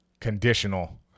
conditional